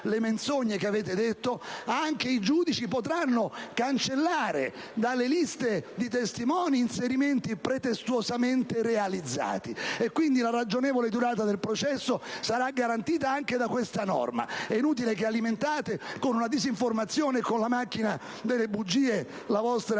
le menzogne che avete detto - e i giudici potranno cancellare dalle liste di testimoni inserimenti pretestuosamente realizzati. Quindi la ragionevole durata del processo sarà garantita anche da questa norma. È inutile che alimentiate, con la disinformazione e con la macchina delle bugie, la vostra